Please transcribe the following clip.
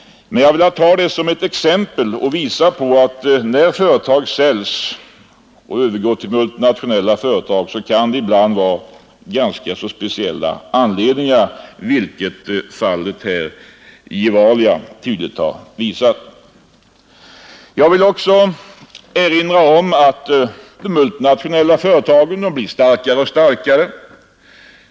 Jag har emellertid velat ta det här exemplet för att peka på att när företag säljs till multinationella företag kan det ibland ha ganska speciella anledningar, vilket fallet Gevalia alltså tydligt har visat. Jag vill också erinra om att de multinationella företagen blir starkare och starkare.